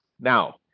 Now